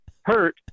hurt